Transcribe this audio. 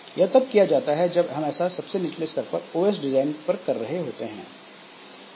यह तब किया जाता है जब हम ऐसा सबसे निचले स्तर पर ओऐस OS डिजाइन पर कर रहे होते हैं